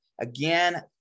Again